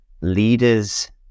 leaders